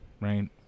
right